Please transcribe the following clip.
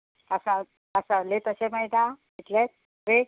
कासाव कासावलें तशें मेळटा इतलेच रेट